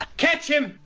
catch him.